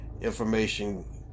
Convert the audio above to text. information